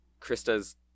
Krista's